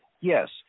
Yes